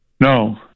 No